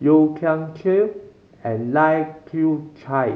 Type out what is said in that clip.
Yeo Kian Chye and Lai Kew Chai